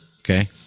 okay